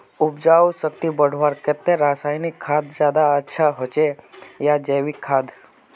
उपजाऊ शक्ति बढ़वार केते रासायनिक खाद ज्यादा अच्छा होचे या जैविक खाद?